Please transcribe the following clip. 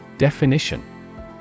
Definition